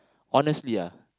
honestly ah